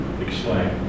Explain